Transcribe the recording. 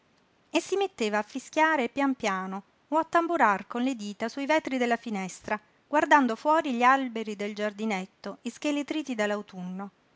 e si metteva a fischiare pian piano o a tamburar con le dita su i vetri della finestra guardando fuori gli alberi del giardinetto ischeletriti